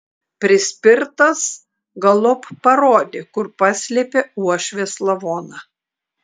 prispirtas galop parodė kur paslėpė uošvės lavoną